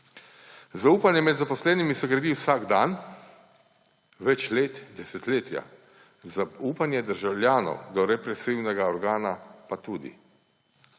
Zaupanje med zaposlenimi se gradi vsak dan, več let in desetletja. Zaupanje državljanov do represivnega organa pa tudi.